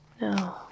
No